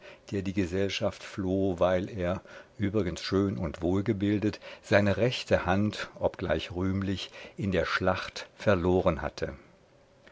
der die gesellschaft floh weil er übrigens schön und wohlgebildet seine rechte hand obgleich rühmlich in der schlacht verloren hatte